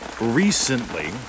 recently